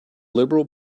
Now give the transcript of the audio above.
liberal